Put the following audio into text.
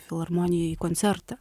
filharmoniją į koncertą